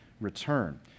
return